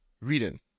reading